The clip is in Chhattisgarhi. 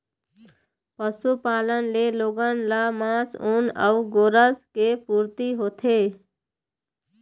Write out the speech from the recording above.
पशुपालन ले लोगन ल मांस, ऊन अउ गोरस के पूरती होथे